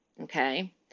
Okay